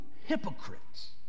hypocrites